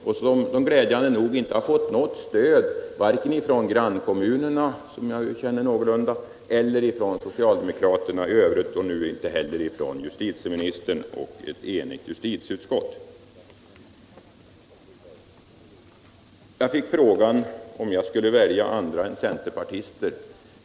Glädjande nog har Timrås socialdemokrater inte fått något stöd vare sig från grannkommunerna, som jag känner någorlunda, eller från socialdemokraterna i övrigt och nu inte heller från justitieministern och ett enigt justitieutskott. Jag fick frågan om jag skulle välja andra än centerpartister.